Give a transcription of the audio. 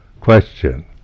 question